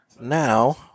now